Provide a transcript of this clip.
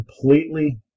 completely